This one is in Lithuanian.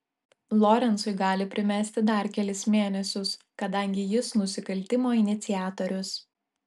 lorencui gali primesti dar kelis mėnesius kadangi jis nusikaltimo iniciatorius